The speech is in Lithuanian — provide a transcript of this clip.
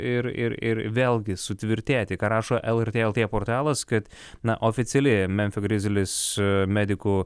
ir ir ir vėlgi sutvirtėti ką rašo lrt lt portalas kad na oficiali memfio grizlis medikų